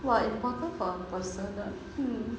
!wah! important for a person ah